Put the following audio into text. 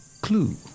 clue